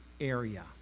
area